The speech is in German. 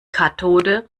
kathode